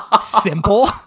simple